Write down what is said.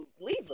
leave